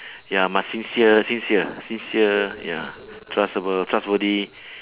ya must sincere sincere sincere ya trustable trustworthy